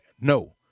No